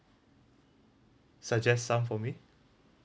suggest some for me